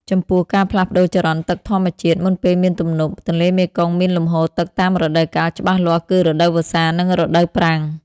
ចំពោះ ការផ្លាស់ប្ដូរចរន្តទឹកធម្មជាតិ មុនពេលមានទំនប់ ទន្លេមេគង្គមានលំហូរទឹកតាមរដូវកាលច្បាស់លាស់គឺ រដូវវស្សា និងរដូវប្រាំង។